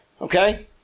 okay